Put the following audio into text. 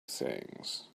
things